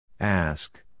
Ask